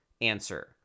Answer